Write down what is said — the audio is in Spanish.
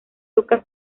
lucas